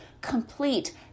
complete